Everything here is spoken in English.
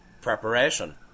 preparation